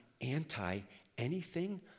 anti-anything